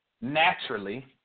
Naturally